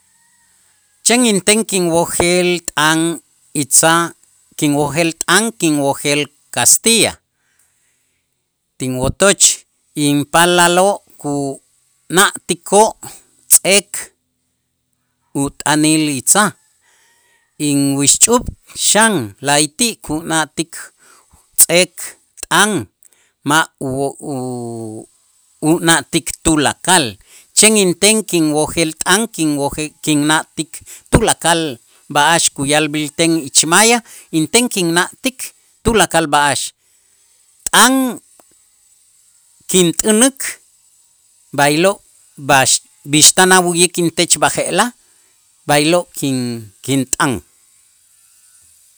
Chen inten kinwojel t'an Itza' kinwojel t'an, kinwojel kastiya kinwotoch inpaalaloo' kuna'tikoo' tz'eek ut'anil Itza', inwixch'up xan, la'ayti' kuna'tik tz'eek t'an ma' ub'o u- una'tik tulakal chen inten kinwojel t'an kinwojel kinna'tik tulakal b'a'ax kuya'lb'älten ich maya, inten kinna'tik tulakal b'a'ax, t'an kint'änäk b'aylo' b'ax b'ix t'an awu'yik intech b'aje'laj b'aylo' kin- kint'an.